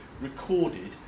recorded